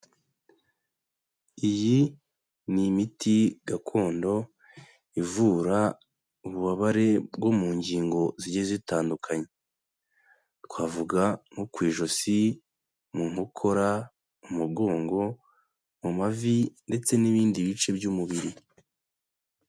Iyi ni imiti gakondo ivura ububabare bwo mu ngingo zigiye zitandukanye. Twavuga nko ku ijosi, mu nkokora, mu mugongo, mu mavi ndetse n'ibindi bice by'umubiri.